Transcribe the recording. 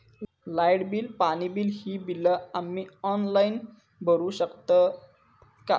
Light bill, पाणी bill, ही बिला आम्ही ऑनलाइन भरू शकतय का?